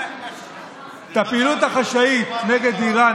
הפעילות החשאית נגד איראן,